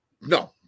No